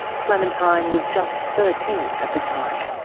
clementine was just thirteen at the time.